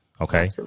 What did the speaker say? Okay